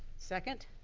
second,